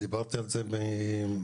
דיברתי על זה במליאה,